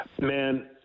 Man